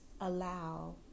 allow